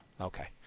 Okay